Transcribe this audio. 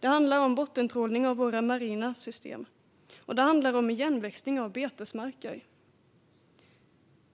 Det handlar om bottentrålning av våra marina system. Det handlar om igenväxning av betesmarker.